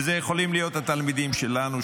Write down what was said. ואלה יכולים להיות התלמידים שלנו,